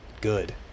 good